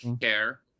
care